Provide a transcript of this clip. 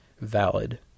valid